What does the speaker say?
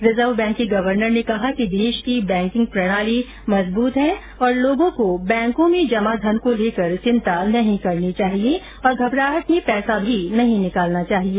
reserve bank के governor ने कहा कि देश की बैंकिंग प्रणाली मजबूत है और लोगों को बैंकों में जमा धन को लेकर चिंता नहीं करनी चाहिए और घबराहट में पैसा नहीं निकालना चाहिए